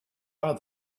only